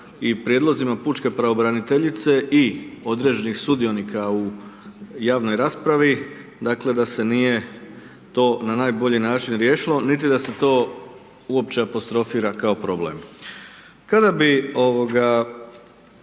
i prijedlozima pučke pravobraniteljice i određenih sudionika u javnoj raspravi, da se nije to na najbolji način riješilo niti da se to uopće apostrofira kao problem. Kada bi sličan